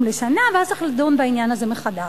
לשנה ואז צריך לדון בעניין הזה מחדש.